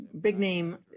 big-name